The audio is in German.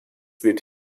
wird